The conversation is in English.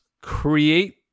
create